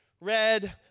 Red